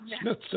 Smith